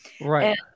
Right